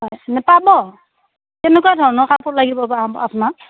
হয় পাব কেনেকুৱা ধৰণৰ কাপোৰ লাগিব বা আপোনাক